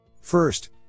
First